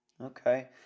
Okay